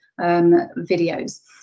videos